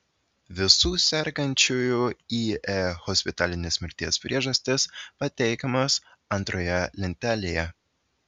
visų sergančiųjų ie hospitalinės mirties priežastys pateikiamos antroje lentelėje